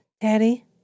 Daddy